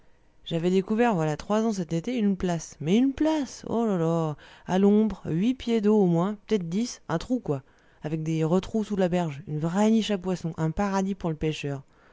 j'avais découvert voilà trois ans cet été une place mais une place oh là là à l'ombre huit pieds d'eau au moins pt être dix un trou quoi avec des retrous sous la berge une vraie niche à poisson un paradis pour le pêcheur